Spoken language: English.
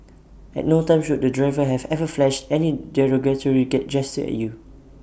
at no time should the driver have ever flashed any derogatory get gesture at you